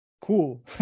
cool